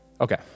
Okay